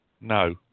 No